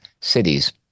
cities